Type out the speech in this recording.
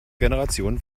generation